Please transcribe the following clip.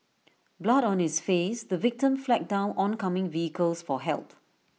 blood on his face the victim flagged down oncoming vehicles for help